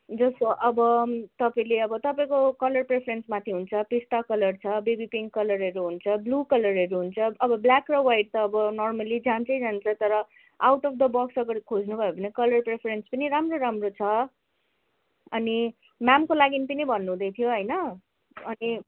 जस्तो अब तपाईँले अब तपाईँको कलर पेसेन्समाथि हुन्छ पिस्ता कलर छ बेबी पिङ्क कलरहरू हुन्छ ब्लु कलरहरू हुन्छ अब ब्ल्याक र व्हाइट त अब नर्मली जान्छै जान्छ तर आउट अफ् द बक्स अगर खोज्नुभयो भने कलर प्रिफरेन्स पनि राम्रो राम्रो छ अनि म्यामको लागि पनि भन्नुहुँदैथ्यो होइन अनि